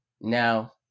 No